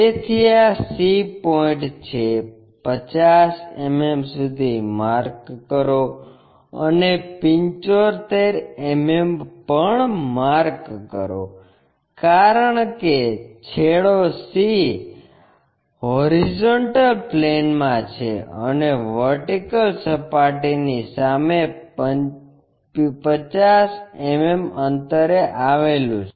તેથી આ c point છે 50 mm સુધી માર્ક કરો અને 75 mm પાસે પણ માર્ક કરો કારણ કે છેડો C HP માં છે અને વર્ટિકલ સપાટીની સામે 50 mm અંતરે આવેલું છે